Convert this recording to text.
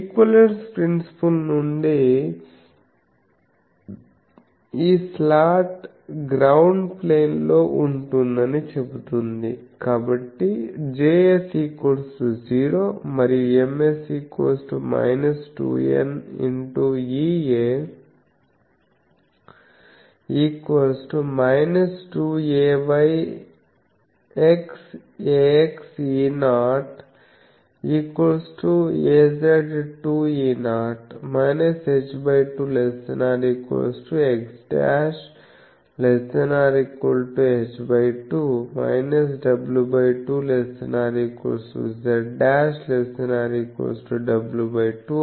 equivalence principles నుండి ఈ slot ground plane లో ఉంటుందని చెబుతుంది కాబట్టి Js 0 మరియు Ms 2n x Ea 2ayxaxE0az2E0 h2≤x'≤h2 w2≤z'≤w2